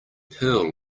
pearl